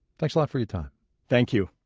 thanks a lot for your time thank you